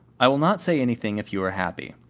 i will not say anything if you are happy.